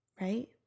right